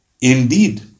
Indeed